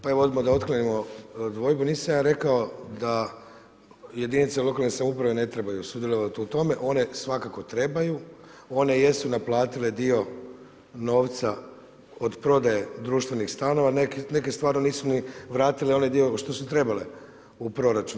Pa evo odmah da otklonimo dvojbu, nisam ja rekao da jedinice lokalne samouprave ne trebaju sudjelovati u tome, one svakako trebaju, one jesu naplatile dio novca od prodaje društvenih stanova, neke stvarno nisu ni vratile onaj dio što su trebale u proračun.